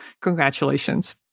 Congratulations